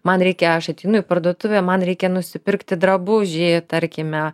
man reikia aš ateinu į parduotuvę man reikia nusipirkti drabužį tarkime